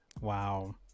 Wow